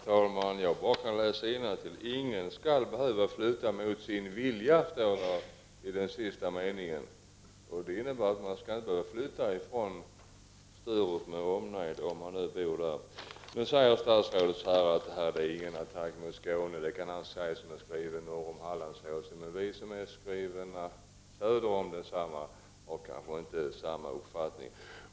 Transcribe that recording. Herr talman! Jag läser innantill i den sista meningen att ingen skall behöva flytta mot sin vilja. Det innebär att man inte skall behöva flytta från Sturup med omnejd om man bor där. Statsrådet säger att detta är ingen attack mot Skåne. Det kan han säga som är skriven norr om Hallandsåsen. Men vi som är skrivna söder om densamma har kanske inte samma uppfattning.